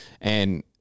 and-